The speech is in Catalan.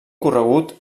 corregut